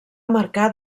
marcar